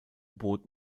boot